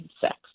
sex